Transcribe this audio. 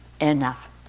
enough